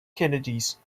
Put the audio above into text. kennedys